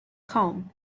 com